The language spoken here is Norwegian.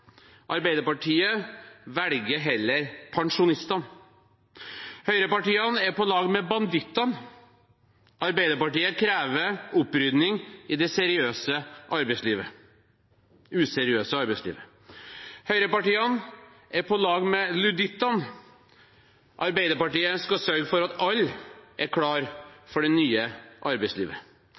Arbeiderpartiet velger heller pensjonistene. Høyrepartiene er på lag med bandittene – Arbeiderpartiet krever opprydding i det useriøse arbeidslivet. Høyrepartiene er på lag med ludittene – Arbeiderpartiet skal sørge for at alle er klar for det nye arbeidslivet.